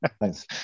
Thanks